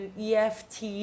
EFT